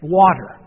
water